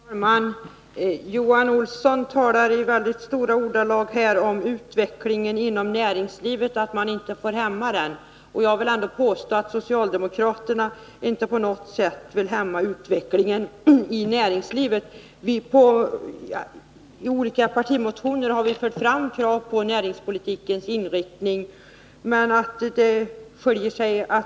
Herr talman! Johan Olsson talade i väldigt stora ordalag om utvecklingen inom näringslivet och sade att man inte får hämma den. Jag vill ändå påstå att socialdemokraterna inte på något sätt vill hämma utvecklingen i näringslivet. I olika partimotioner har vi fört fram krav på näringspolitikens inriktning.